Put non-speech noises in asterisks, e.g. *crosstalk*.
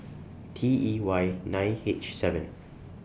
*noise* T E Y nine H seven